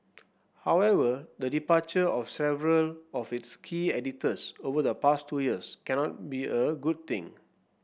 however the departure of several of its key editors over the past two years cannot be a good thing